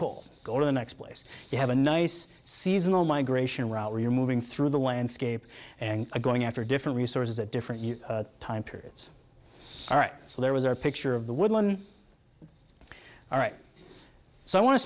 to the next place you have a nice seasonal migration route where you're moving through the landscape and going after different resources at different time periods all right so there was a picture of the wood one all right so i want to